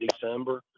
December